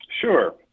Sure